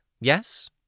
Yes